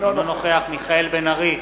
אינו נוכח מיכאל בן-ארי,